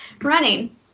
Running